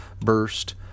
burst